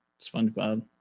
Spongebob